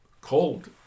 cold